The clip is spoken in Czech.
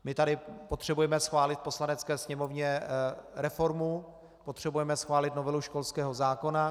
My tady potřebujeme schválit v Poslanecké sněmovně reformu, potřebujeme schválit novelu školského zákona.